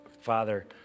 Father